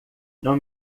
não